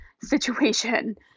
situation